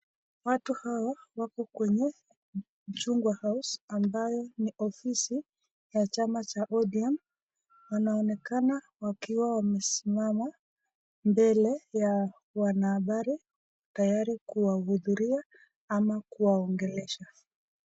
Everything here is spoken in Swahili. Watu hao wako kwenye jungwa house , ambayo ni ofisi ya chama ya ODM, wanaonekana wakiwa wamesimama, mbele ya wanahabari, tayari kuwahudhuria, ama kuongelesha.